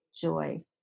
joy